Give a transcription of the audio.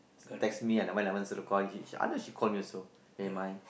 text me and never never call each other she call me also okay mine